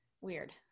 weird